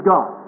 God